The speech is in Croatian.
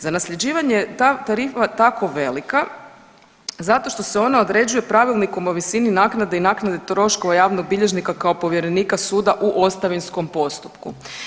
Za nasljeđivanje je ta tarifa tako velika zato što se ona određuje Pravilnikom o visini naknade i naknade troškova javnog bilježnika kao povjerenika suda u ostavinskom postupku.